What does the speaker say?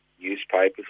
newspapers